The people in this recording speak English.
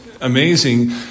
amazing